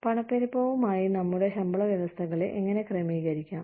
പണപ്പെരുപ്പവുമായി നമ്മുടെ ശമ്പള വ്യവസ്ഥകളെ എങ്ങനെ ക്രമീകരിക്കാം